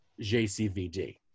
jcvd